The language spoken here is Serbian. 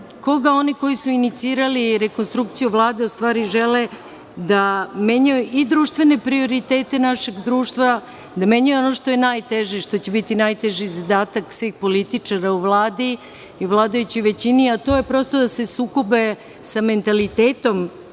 koga oni koji su inicirali rekonstrukciju Vlade ustvari žele da menjaju i društvene prioritete našeg društva, da menjaju ono što je najteže i što će biti najteži zadatak svih političara u Vladi i vladajućoj većini, a to je da se sukobe sa mentalitetom